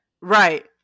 Right